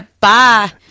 bye